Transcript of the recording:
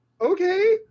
okay